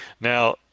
Now